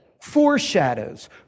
foreshadows